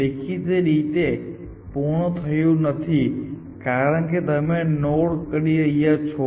દેખીતી રીતે તે પૂર્ણ થયું નથી કારણ કે તમે નોડ દૂર કરી રહ્યા છો